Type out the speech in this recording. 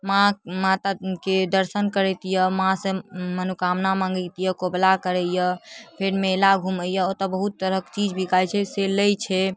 माँ माताके दर्शन करैके अइ माँसँ मनोकामना माँगैके कौबला करैए फेर मेला घुमैए ओतऽ बहुत तरहके चीज बिकाइ छै से लै छै